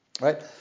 right